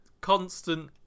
constant